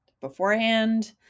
beforehand